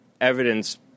evidence